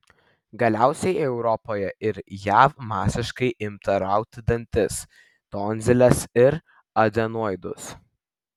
galiausiai europoje ir jav masiškai imta rauti dantis tonziles ir adenoidus